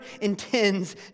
intends